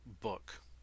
book